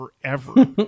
forever